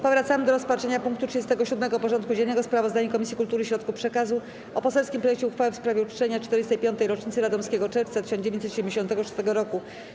Powracamy do rozpatrzenia punktu 37. porządku dziennego: Sprawozdanie Komisji Kultury i Środków Przekazu o poselskim projekcie uchwały w sprawie uczczenia 45-tej rocznicy Radomskiego Czerwca 1976 roku.